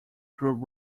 group